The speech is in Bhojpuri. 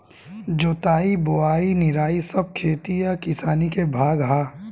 जोताई बोआई निराई सब खेती आ किसानी के भाग हा